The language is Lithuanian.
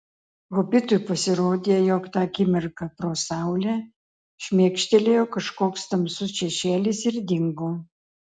hobitui pasirodė jog tą akimirką pro saulę šmėkštelėjo kažkoks tamsus šešėlis ir dingo